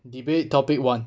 debate topic one